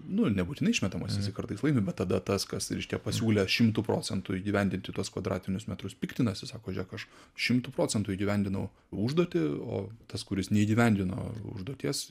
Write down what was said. nu nebūtinai išmetamas jisai kartais laimi bet tada tas kas reiškia pasiūlė šimtu procentų įgyvendinti tuos kvadratinius metrus piktinasi sako žiūrėk aš šimtu procentų įgyvendinau užduotį o tas kuris neįgyvendino užduoties